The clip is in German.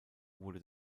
wurde